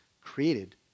created